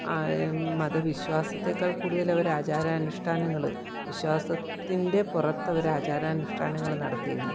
മതവിശ്വാസത്തെക്കാൾ കൂടുതലവർ ആചാരാനുഷ്ടാനങ്ങൾ വിശ്വാസത്തിൻ്റെ പുറത്ത് അവർ ആചാരാനുഷ്ടാനങ്ങൾ നടത്തിയിരുന്നു